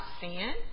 sin